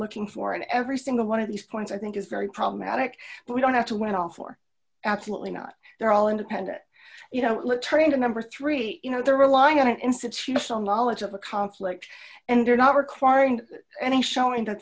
looking for in every single one of these points i think is very problematic but we don't have to win it all for absolutely not they're all independent you know look trying to number three you know they're relying on an institutional knowledge of a conflict and they're not requiring any showing t